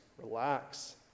Relax